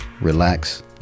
relax